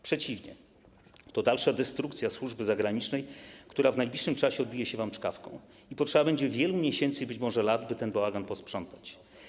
Przeciwnie - to dalsza destrukcja służby zagranicznej, która w najbliższym czasie odbije się wam czkawką, i potrzeba będzie wielu miesięcy, być może lat, by ten bałagan posprzątać.